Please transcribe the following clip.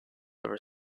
over